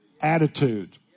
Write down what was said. attitude